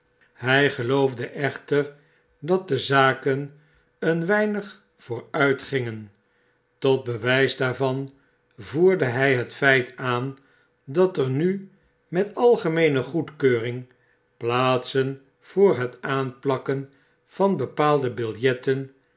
hggeloofde echter dat de zaken een weinig vooruitgingen tot bewgs daarvan voerde hg het feit aan dat er nu met algemeene goedkeuring plaatsen voor het aanplakken van bepaalde biljetten